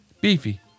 Beefy